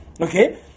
Okay